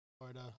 Florida